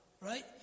right